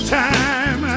time